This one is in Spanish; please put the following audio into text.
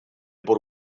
por